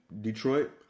Detroit